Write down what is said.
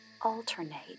alternate